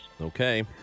Okay